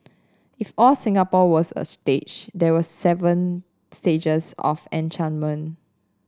if all Singapore was a stage there were seven stages of enchantment